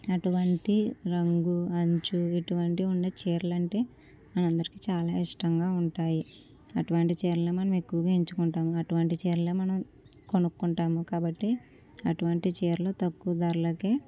అటువంటి రంగు అంచు ఇటువంటివి ఉండే చీరలు అంటే మన అందరికి చాలా ఇష్టంగా ఉంటాయి అటువంటి చీరలు మనం ఎక్కువగా ఎంచుకుంటాము అటువంటి చీరలు మనం కొనుక్కుంటాం కాబట్టి అటువంటి చీరలు తక్కువ ధరలకు